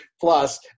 plus